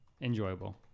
Enjoyable